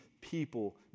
people